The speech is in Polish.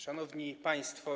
Szanowni Państwo!